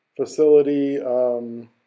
facility